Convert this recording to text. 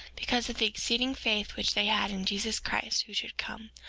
because of the exceeding faith which they had in jesus christ who should come,